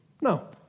No